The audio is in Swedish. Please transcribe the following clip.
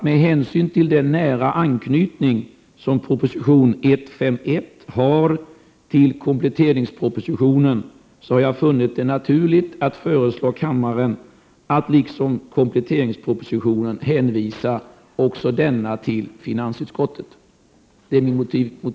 Med hänsyn till den nära anknytning som proposition 151 har till kompletteringspropositionen har jag funnit det naturligt att föreslå kammaren att denna proposition liksom kompletteringspropositionen skall hänvisas till finansutskottet.